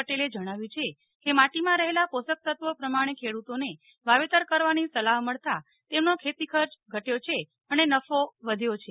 પટેલે જણાવ્યુ છે કે માટીમાં રહેલા પોષકતત્વો પ્રમાણે ખેડૂતોને વાવેતર કરવાની સલાહ મળતા તેમનો ખેતી ખર્ચ ઘટ્યો છે અને નફો વધ્યો છે